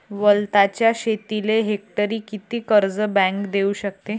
वलताच्या शेतीले हेक्टरी किती कर्ज बँक देऊ शकते?